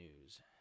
news